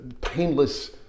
painless